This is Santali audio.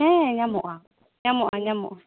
ᱦᱮᱸ ᱧᱟᱢᱚᱜᱼᱟ ᱧᱟᱢᱚᱜᱼᱟ ᱧᱟᱢᱚᱜᱼᱟ